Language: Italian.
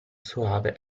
soave